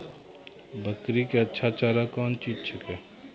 बकरी क्या अच्छा चार कौन चीज छै के?